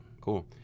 Cool